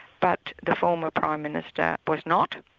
but the former prime minister was not.